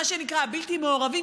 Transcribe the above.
מה שנקרא הבלתי-מעורבים,